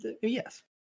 Yes